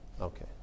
Okay